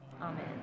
Amen